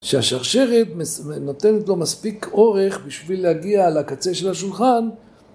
‫שהשרשרת נותנת לו מספיק אורך ‫בשביל להגיע לקצה של השולחן.